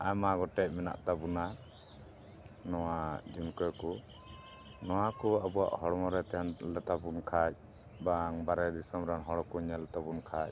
ᱟᱭᱢᱟ ᱜᱚᱴᱮᱡ ᱢᱮᱱᱟᱜ ᱛᱟᱵᱚᱱᱟ ᱱᱚᱣᱟ ᱡᱷᱩᱱᱠᱟᱹ ᱠᱚ ᱱᱚᱣᱟ ᱠᱚ ᱟᱵᱚᱣᱟᱜ ᱦᱚᱲᱢᱚ ᱨᱮ ᱛᱟᱦᱮᱱ ᱞᱮᱛᱟ ᱵᱚᱱ ᱠᱷᱟᱡ ᱵᱟᱝ ᱵᱟᱨᱦᱮ ᱫᱤᱥᱚᱢ ᱨᱮᱱ ᱦᱚᱲ ᱠᱚ ᱧᱮᱞ ᱛᱟᱵᱚᱱ ᱠᱷᱟᱡ